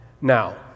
Now